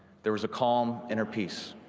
there was a calm inner peace.